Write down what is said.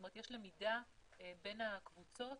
יש למידה בין הקבוצות,